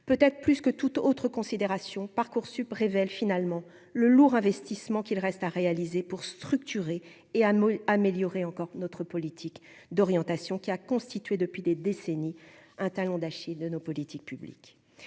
peut-être plus que toute autre considération Parcoursup révèle finalement le lourd investissement qu'il reste à réaliser pour structurer et à améliorer encore notre politique d'orientation qui a constitué depuis des décennies un talon d'Achille de nos politiques publiques